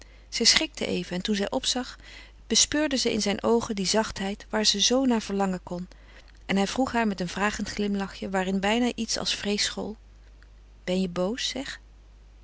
zij schrikte even en toen zij opzag bespeurde ze in zijn oogen die zachtheid waar ze zoo naar verlangen kon en hij vroeg haar met een vragend glimlachje waarin bijna iets als vrees school ben je boos zeg